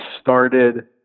started